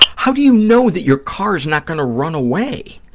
how do you know that your car is not going to run away,